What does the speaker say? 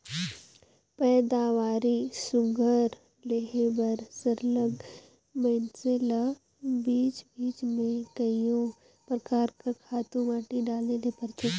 पएदावारी सुग्घर लेहे बर सरलग मइनसे ल बीच बीच में कइयो परकार कर खातू माटी डाले ले परथे